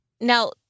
Now